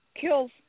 kills